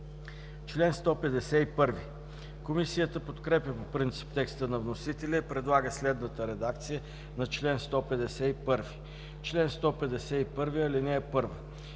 ал. 2.“ Комисията подкрепя по принцип текста на вносителя и предлага следната редакция на чл. 152: „Чл. 152. (1)